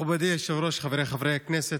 מכובדי היושב-ראש, חבריי חברי הכנסת,